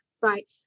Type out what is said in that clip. right